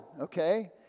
Okay